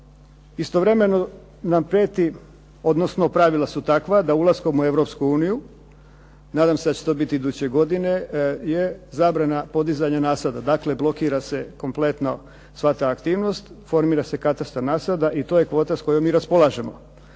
Istovremeno nam prijeti, odnosno pravila su takva da ulaskom u Europsku uniju, nadam se da će to biti iduće godine, je zabrana podizanja nasada, dakle blokira se kompletno sva ta aktivnost. Formira se katastar nasada i to je kvota s kojom mi raspolažemo.